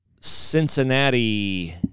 Cincinnati